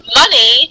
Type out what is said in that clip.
money